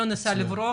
לא ניסה לברוח,